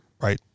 right